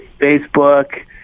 facebook